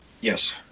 Yes